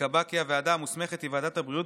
ייקבע כי הוועדה המוסמכת היא ועדת הבריאות,